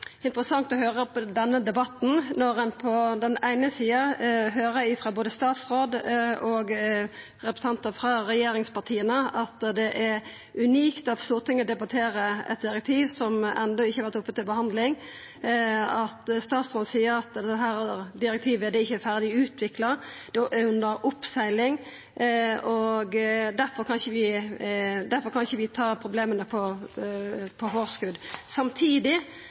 interessant å høyra på denne debatten når ein på den eine sida høyrer frå både statsråd og representantar frå regjeringspartia at det er unikt at Stortinget debatterer eit direktiv som enno ikkje har vore oppe til behandling, at statsråden seier at dette direktivet ikkje er ferdig utvikla, det er under oppsegling, og difor kan vi ikkje ta problema på forskot, samtidig